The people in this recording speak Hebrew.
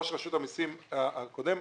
ראש רשות המיסים הקודם,